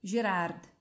Gerard